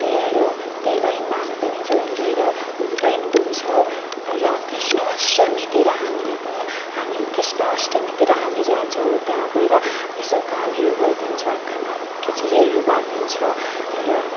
त्यही हो यो त्यही लाइनमा हामी पनि जइन भएर लाइन घुम्छौँ र कृष्ण अष्टमीतिर हामीले पनि हामी कृष्ण अष्टमीतिर हामी जान्छौँ त्यहाँ गएर यसो कामहरू गरिदिन्छौँ खिचडीहरू बाँडिदिन्छौँ र